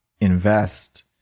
invest